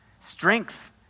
strength